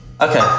Okay